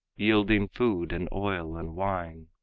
yielding food and oil and wine,